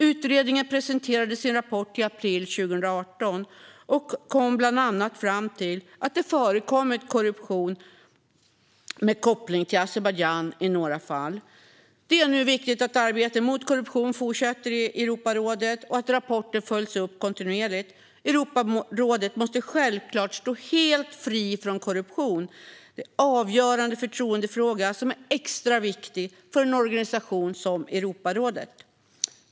Utredningen presenterade sin rapport i april 2018. Man kom bland annat fram till att det förekommit korruption med koppling till Azerbajdzjan i några fall. Det är nu viktigt att arbetet mot korruption fortsätter i Europarådet och att rapporten följs upp kontinuerligt. Europarådet måste självklart stå helt fritt från korruption. Det är en avgörande förtroendefråga, som är extra viktig för en organisation som Europarådet.